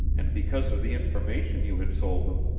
and because of the information you had sold them,